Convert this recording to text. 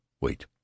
wait